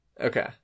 okay